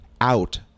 Out